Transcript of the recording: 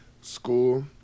school